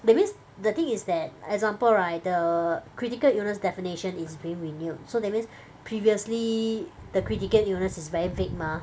that means the thing is that example right the critical illness definition is being renewed so that means previously the critical illness is very vague mah